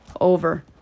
over